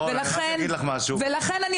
לכן,